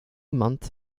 month